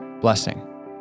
Blessing